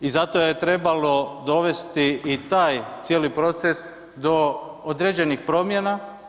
I zato je trebalo dovesti i taj cijeli proces do određenih promjena.